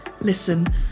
listen